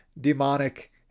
demonic